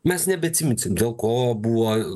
mes nebeatsiminsim dėl ko buvo